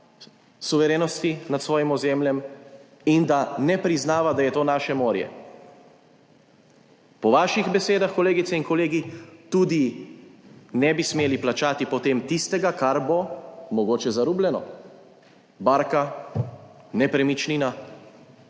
suverenosti nad svojim ozemljem in da ne priznava, da je to naše morje. Po vaših besedah, kolegice in kolegi, tudi ne bi smeli plačati potem tistega, kar bo mogoče zarubljeno, barka, nepremičnina.